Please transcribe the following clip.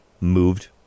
moved